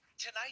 Tonight